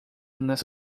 nas